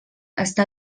està